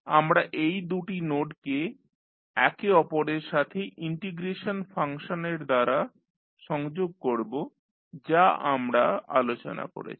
আমরা এই দুটি নোডকে একে অপরের সাথে ইন্টিগ্রেশন ফাংশনের দ্বারা সংযোগ করব যা আমরা আলোচনা করেছি